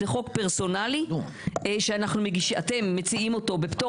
זה חוק פרסונלי שאתם מציעים אותו בפטור